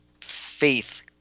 faith